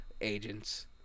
agents